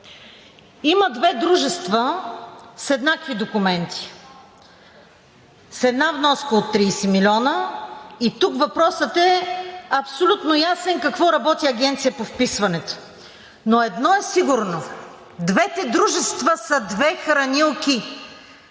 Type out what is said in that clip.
Има две дружества с еднакви документи, с една вноска от 30 милиона. И тук въпросът е абсолютно ясен – какво работи Агенцията по вписванията? Но едно е сигурно – двете дружества са две хранилки.